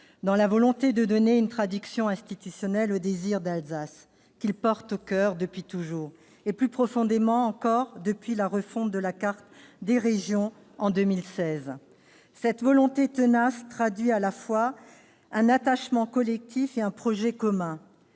dans leur volonté de donner une traduction institutionnelle au « désir d'Alsace » qu'ils portent dans leur coeur depuis toujours, et plus profondément encore depuis la refonte de la carte des régions en 2016. Cette volonté tenace traduit à la fois un attachement collectif et un projet commun